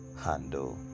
handle